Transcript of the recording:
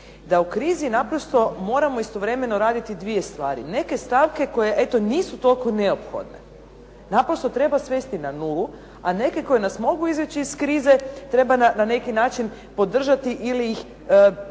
da u krizi naprosto moramo istovremeno raditi dvije stvari. Neke stavke koje eto nisu toliko neophodne naprosto treba svesti na nulu, a neke koje nas mogu izvući iz krize treba na neki način podržati ili ih dodatno